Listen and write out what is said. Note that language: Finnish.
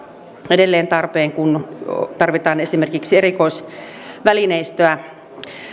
edelleen tarpeen kun tarvitaan esimerkiksi erikoisvälineistöä